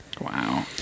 Wow